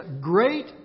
great